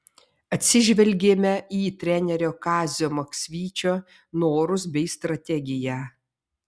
atsižvelgėme į trenerio kazio maksvyčio norus bei strategiją